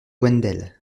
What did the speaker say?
wendel